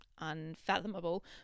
unfathomable